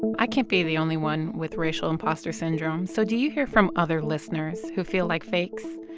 i can't be the only one with racial impostor syndrome. so do you hear from other listeners who feel like fakes?